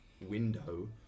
window